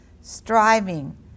striving